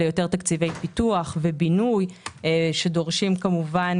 אלה יותר תקציבי פיתוח ובינוי שדורשים כמובן